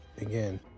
Again